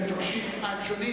הם שונים?